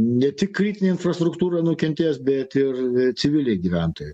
ne tik kritinė infrastruktūra nukentės bet ir civiliai gyventojai